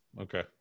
okay